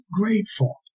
grateful